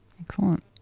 Excellent